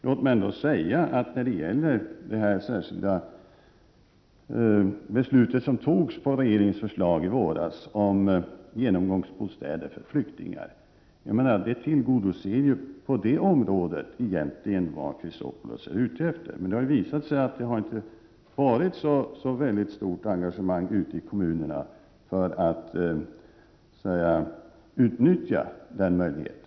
Låt mig säga att det beslut som riksdagen fattade beslut om i våras med anledning av regeringens förslag om genomgångsbostäder för flyktingar på detta område egentligen tillgodoser vad Alexander Chrisopoulos är ute efter. I kommunerna har emellertid engagemanget inte varit så stort för att utnyttja denna möjlighet.